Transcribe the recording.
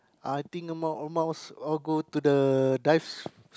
I think amongst most all go to the dive